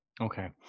Okay